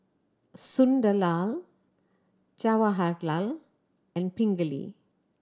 Sunderlal Jawaharlal and Pingali